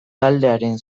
taldearen